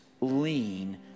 lean